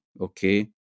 okay